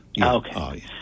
Okay